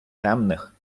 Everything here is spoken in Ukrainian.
темних